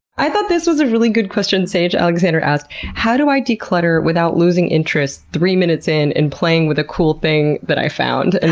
i thought this was a really good question. sage alyxander asked how do i declutter without losing interest three minutes in and playing with a cool thing that i found? and